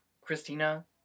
Christina